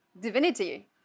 divinity